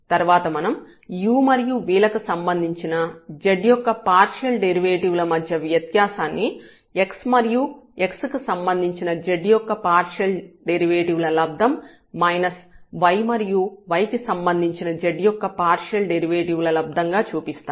తర్వాత మనం u మరియు v లకు సంబంధించిన z యొక్క పార్షియల్ డెరివేటివ్ ల మధ్య వ్యత్యాసాన్ని x మరియు x కి సంబంధించిన z యొక్క పార్షియల్ డెరివేటివ్ ల లబ్దం మైనస్ y మరియు y కి సంబంధించిన z యొక్క పార్షియల్ డెరివేటివ్ ల లబ్దం గా చూపిస్తాము